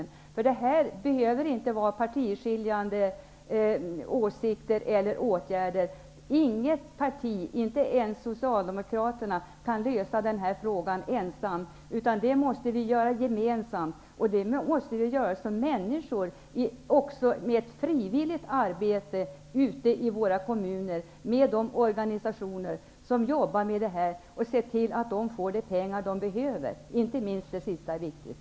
Åsikterna och åtgärderna behöver i det här fallet inte vara partiskiljande. Inget parti, inte ens Socialdemokraterna, kan ensamt lösa den här frågan. Det måste vi göra gemensamt. Vi måste göra det som människor genom frivilligt arbete ute i våra kommuner tillsammans med de organisationer som jobbar med detta, och vi måste se till att de får de pengar som de behöver. Det sista är inte minst viktigt.